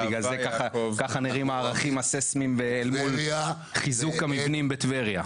בגלל זה ככה נראים הערכים הסיסמיים אל מול חיזוק המבנים בטבריה.